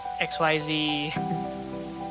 XYZ